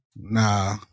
nah